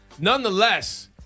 Nonetheless